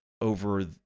over